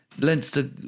Leinster